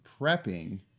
prepping